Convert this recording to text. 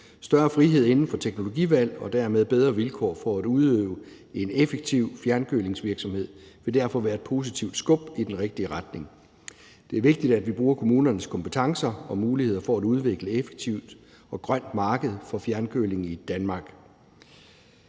Større frihed inden for teknologivalg og dermed bedre vilkår for at udøve en effektiv fjernkølingsvirksomhed vil derfor være et positivt skub i den rigtige retning. Det er vigtigt, at vi bruger kommunernes kompetencer og muligheder for at udvikle et effektivt og grønt marked for fjernkøling i Danmark.